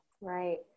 Right